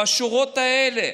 בשורות האלה,